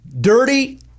dirty